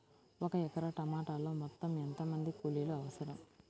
ఒక ఎకరా టమాటలో మొత్తం ఎంత మంది కూలీలు అవసరం?